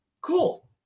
cool